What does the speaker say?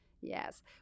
yes